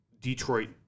Detroit